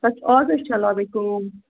تَتھ چھِ اَزَ اَسہِ چَلان وۅنۍ کٲم